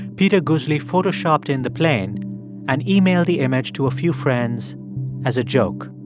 peter guzli photoshopped in the plane and emailed the image to a few friends as a joke.